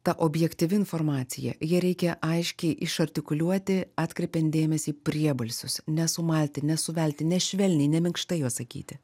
ta objektyvi informacija ją reikia aiškiai išartikuliuoti atkreipiant dėmesį į priebalsius nesumalti nesuvelti ne švelniai ne minkštai juos sakyti